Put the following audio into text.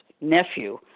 nephew